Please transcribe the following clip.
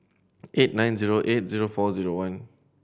eight nine zero eight zero four zero one